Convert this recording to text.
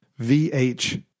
vh